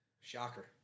Shocker